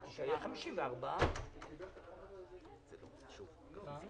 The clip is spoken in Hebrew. יש לי שתי שאלות חשובות ועוד כמה הערות.